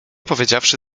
powiedziawszy